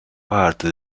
parte